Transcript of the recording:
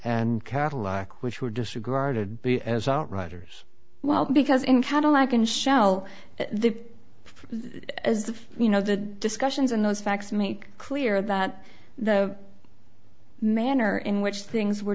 and cadillac which were disregarded as out writers well because in cadillac and shell they've as you know the discussions in those facts make clear that the manner in which things were